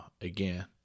again